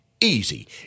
Easy